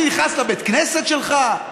אני נכנס לבית הכנסת שלך?